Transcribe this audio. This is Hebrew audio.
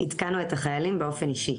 עדכנו את החיילים באופן אישי.